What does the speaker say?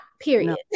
period